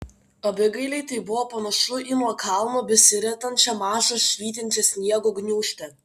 abigailei tai buvo panašu į nuo kalno besiritančią mažą švytinčią sniego gniūžtę